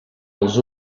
els